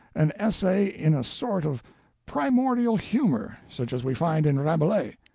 an essay in a sort of primordial humor such as we find in rabelais,